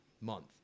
month